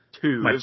two